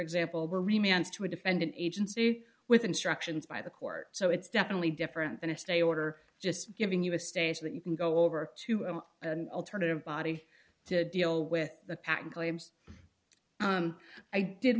remains to a defendant agency with instructions by the court so it's definitely different than a stay order just giving you a stage that you can go over to an alternative body to deal with the